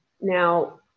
Now